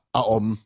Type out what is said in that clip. aom